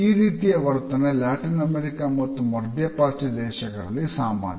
ಈ ರೀತಿಯ ವರ್ತನೆ ಲ್ಯಾಟಿನ್ ಅಮೆರಿಕ ಮತ್ತು ಮಧ್ಯಪ್ರಾಚ್ಯ ದೇಶಗಳಲ್ಲಿ ಸಾಮಾನ್ಯ